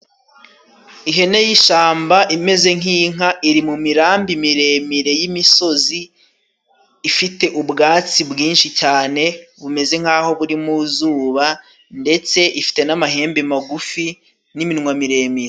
Ihene y'ishyamba imeze nk'inka, iri mu mirambi miremire y'imisozi. Ifite ubwatsi bwinshi cyane bumeze nk'aho buri mu zuba, ndetse ifite n'amahembe magufi n'iminwa miremire.